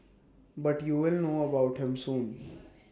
but you will know about him soon